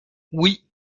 oui